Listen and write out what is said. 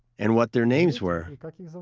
and what their names were.